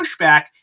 pushback